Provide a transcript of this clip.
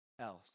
else